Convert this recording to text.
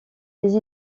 les